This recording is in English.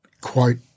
quote